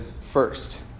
first